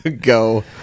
Go